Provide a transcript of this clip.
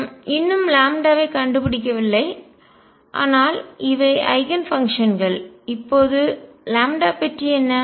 நாம் இன்னும் லாம்ப்டாவைக் கண்டுபிடிக்கவில்லை ஆனால் இவை ஐகன் ஃபங்க்ஷன்கள் இப்போது என்பது பற்றி என்ன